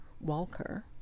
walker